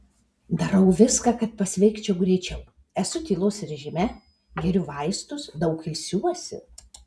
darau viską kad pasveikčiau greičiau esu tylos režime geriu vaistus daug ilsiuosi